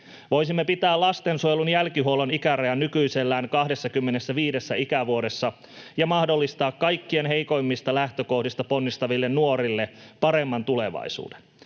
Voisimme pitää lastensuojelun jälkihuollon ikärajan nykyisellään 25 ikävuodessa ja mahdollistaa kaikkein heikoimmista lähtökohdista ponnistaville nuorille paremman tulevaisuuden.